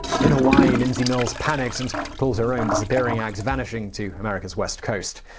in hawaii, lindsay mills panicked and pulled her own disappearing act, vanishing to america's west coast.